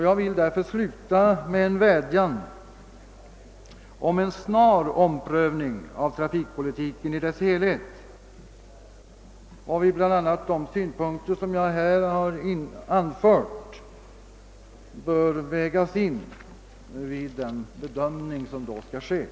Jag vill därför sluta med en vädjan om en snar omprövning av trafikpolitiken i dess helhet, och vid den bedömning som då skall ske bör bl.a. de synpunkter beaktas som jag här anfört.